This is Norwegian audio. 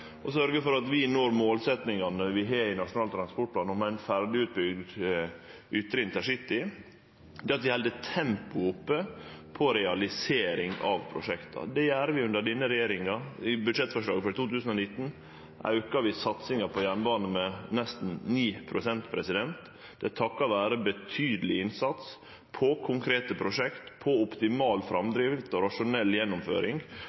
for at vi når målsetjingane vi har i Nasjonal transportplan om ein ferdig utbygd ytre intercity, er at vi held tempoet oppe for realisering av prosjekta. Det gjer vi under denne regjeringa. I budsjettforslaget for 2019 aukar vi satsinga på jernbanen med nesten 9 pst. Det er takka vere betydeleg innsats på konkrete prosjekt og for optimal framdrift og rasjonell gjennomføring